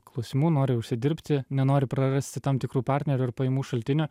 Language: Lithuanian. klausimų nori užsidirbti nenori prarasti tam tikrų partnerių ar pajamų šaltinio